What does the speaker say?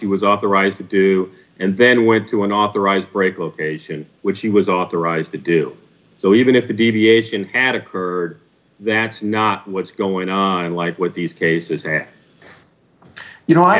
he was authorized to do and then went to an authorized break location which he was authorized to do so even if the deviation had occurred that's not what's going on in life with these cases and you know i